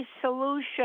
solution